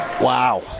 Wow